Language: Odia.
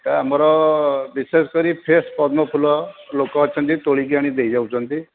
ସାର୍ ଆମର ବିଶେଷ କରି ଫ୍ରେସ୍ ପଦ୍ମ ଫୁଲ ଲୋକ ଅଛନ୍ତି ତୋଳିକି ଆଣି ଦେଇଯାଉଛନ୍ତି